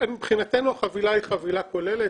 מבחינתנו החבילה היא חבילה כוללת,